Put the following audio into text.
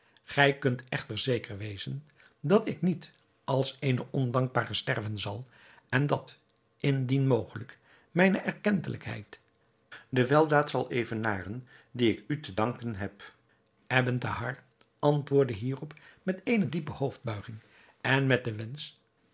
gij kunt echter zeker wezen dat ik niet als eene ondankbare sterven zal en dat indien mogelijk mijne erkentelijkheid de weldaad zal evenaren die ik u te danken heb ebn thahar antwoordde hierop met eene diepe hoofdbuiging en met den wensch